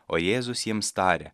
o jėzus jiems tarė